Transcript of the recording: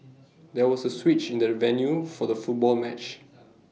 there was A switch in the venue for the football match